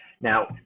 now